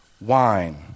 wine